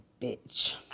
bitch